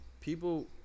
people